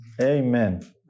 Amen